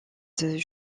sept